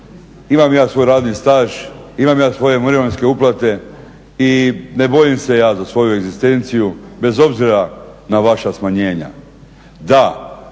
Imam ja svoj radni staž, imam ja svoje mirovinske uplate i ne bojim se ja za svoju egzistenciju, bez obzira na vaša smanjenja. Da,